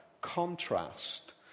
contrast